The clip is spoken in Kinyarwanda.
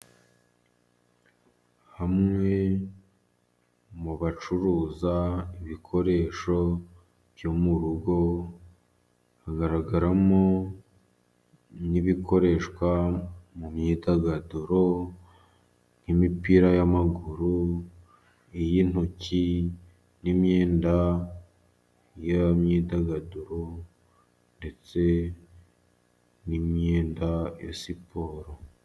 Bamwe mu bacuruza ibikoresho byo mu rugo, hagaragaramo n'ibikoreshwa mu myidagaduro nk'imipira, y'amaguru, iy'intoki, n'imyenda y'imyidagaduro, ndetse n'imyenda ya siporo.